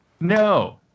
No